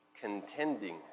contending